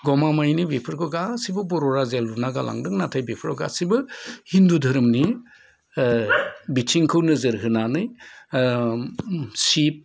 गमामायैनो बेसोरखौ गासिबो बर' राजाया लुना गालांदों नाथाय बेफोराव गासिबो हिन्दु धोरोमनि बिथिंखौ नोजोर होनानै शिव